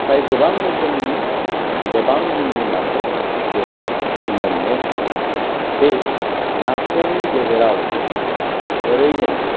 फ्राय गोबां रोखोमनि गोबां मुंनि नाखौ जोङो मोननो हायो बे नाफोरनि गेजेराव ओरैनो